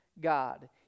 God